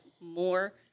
more